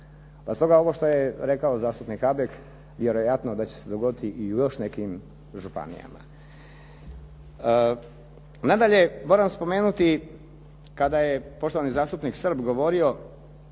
Stoga ovo što je rekao zastupnik Habek, vjerojatno da će se dogoditi i u još nekim županijama. Nadalje, moram spomenuti kada je poštovani zastupnik Srb govorio,